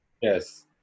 Yes